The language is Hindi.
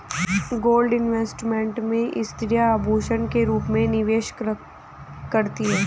गोल्ड इन्वेस्टमेंट में स्त्रियां आभूषण के रूप में निवेश करती हैं